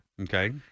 Okay